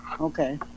Okay